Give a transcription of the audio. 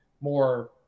more